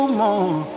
more